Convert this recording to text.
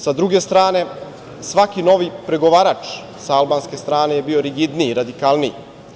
Sa druge strane svaki novi pregovarač sa albanske strane je bio rigidniji, radikalniji.